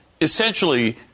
Essentially